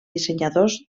dissenyadors